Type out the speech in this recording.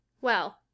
Well